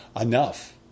enough